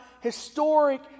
historic